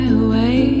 away